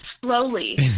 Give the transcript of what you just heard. Slowly